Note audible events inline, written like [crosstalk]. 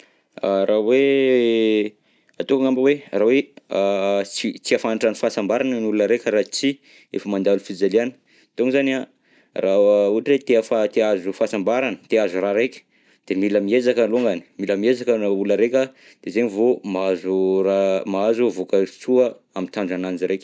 Raha hoe [hesitation] ataoko angamba hoe raha hoe [hesitation] sy tsy mahafantatra fahasambarana ny olona raika raha sy efa mandalo fijaliana, donc zany an raha te hahafa- te hahazo fahasambarana, te hahazo raha raika de mila miezaka longany, mila miezaka na olona raika de zegny vao mahazo ra- mahazo vokasoa amy tanjona ananjy raiky.